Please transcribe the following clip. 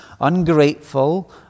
ungrateful